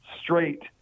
straight